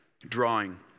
Drawing